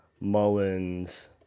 Mullins